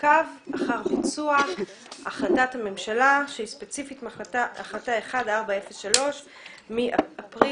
ביצוע החלטת הממשלה שהיא ספציפית החלטה 1403 מאפריל